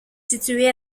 situé